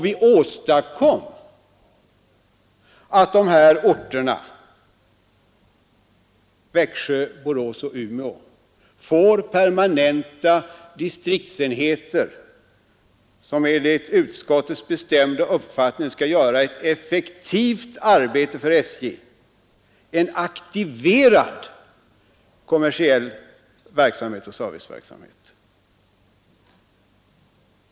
Vi åstadkom att dess orter — Växjö, Borås och Umeå — får permanenta distriktsenheter, som enligt utskottets bestämda uppfattning skall göra ett effektivt arbete för SJ och utföra en aktiverad kommersiell verksamhet och serviceverksamhet.